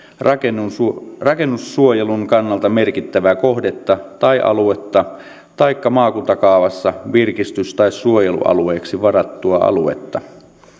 rakennussuojelun rakennussuojelun kannalta merkittävää kohdetta tai aluetta taikka maakuntakaavassa virkistys tai suojelualueeksi varattua aluetta